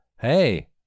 Hey